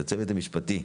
לצוות המשפטי,